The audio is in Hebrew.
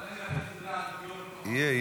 אבל אין לכם סדרי עדיפויות נכונים --- יהיו,